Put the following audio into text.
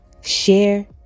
share